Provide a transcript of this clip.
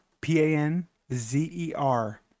P-A-N-Z-E-R